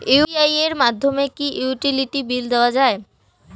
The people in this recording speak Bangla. ইউ.পি.আই এর মাধ্যমে কি ইউটিলিটি বিল দেওয়া যায়?